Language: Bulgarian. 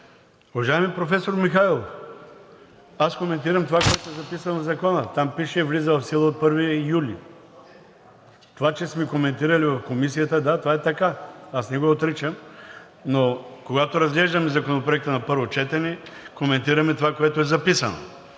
Уважаеми проф. Михайлов, аз коментирам това, което е записано в Законопроекта. Там пише: „Влиза в сила от 1 юли.“ Това, че сме го коментирали в Комисията – да, това е така, аз не го отричам. Но когато разглеждаме Законопроекта на първо четене, коментираме това, което е записано.